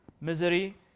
misery